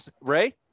ray